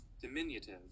Diminutive